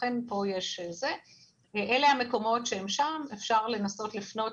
אלה המקומות שם, אפשר לנסות לפנות